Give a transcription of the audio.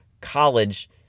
college